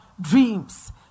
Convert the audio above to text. dreams